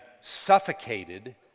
suffocated